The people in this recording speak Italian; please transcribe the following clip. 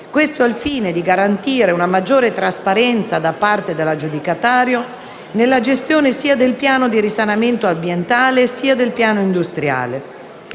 Questo al fine di garantire una maggiore trasparenza da parte dell'aggiudicatario nella gestione sia del piano di risanamento ambientale, sia del piano industriale.